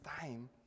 time